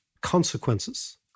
consequences